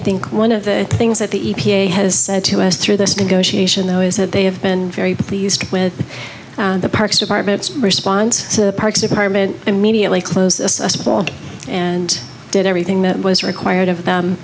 think one of the things that the e p a has said to us through this negotiation though is that they have been very pleased with the parks department's response to the parks department immediately closed and did everything that was required of the